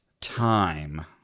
time